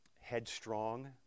headstrong